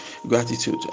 Gratitude